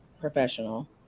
professional